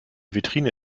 vitrine